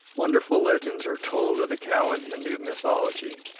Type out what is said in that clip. wonderful legends are told of the cow in hindoo mythology.